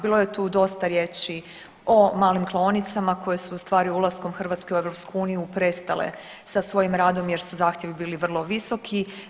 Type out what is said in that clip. Bilo je tu dosta riječ o malim klaonicama koje ustvari ulaskom Hrvatske u EU prestale sa svojim radom jer su zahtjevi bili vrlo visoki.